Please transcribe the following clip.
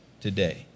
today